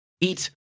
Eat